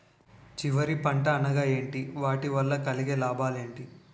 చివరి పంట అనగా ఏంటి వాటి వల్ల కలిగే లాభాలు ఏంటి